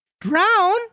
Drown